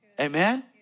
Amen